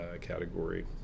category